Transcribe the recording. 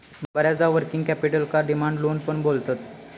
बऱ्याचदा वर्किंग कॅपिटलका demand loan पण बोलतत